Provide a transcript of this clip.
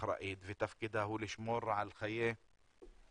האחראית ותפקידה הוא לשמור על חיי אדם.